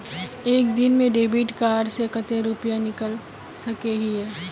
एक दिन में डेबिट कार्ड से कते रुपया निकल सके हिये?